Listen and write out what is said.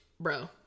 Bro